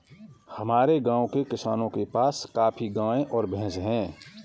हमारे गाँव के किसानों के पास काफी गायें और भैंस है